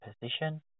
position